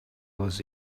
was